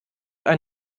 ein